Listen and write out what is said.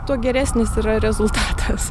tuo geresnis yra rezultatas